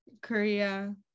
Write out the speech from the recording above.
Korea